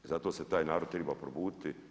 I zato se taj narod triba probuditi.